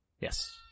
Yes